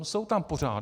Jsou tam pořád!